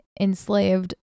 enslaved